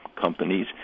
companies